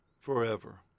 forever